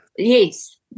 Yes